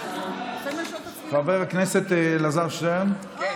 אני מבקש לסיים, חברת הכנסת שרן השכל.